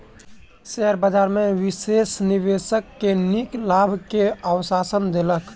share बजार में विशेषज्ञ निवेशक के नीक लाभ के आश्वासन देलक